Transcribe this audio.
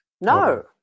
No